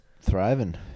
thriving